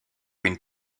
une